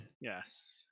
Yes